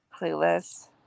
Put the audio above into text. Clueless